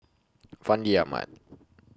Fandi Ahmad